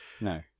No